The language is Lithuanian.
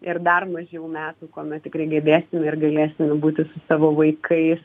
ir dar mažiau metų kuomet tikrai gebėsime ir galėsime būti savo vaikais